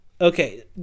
okay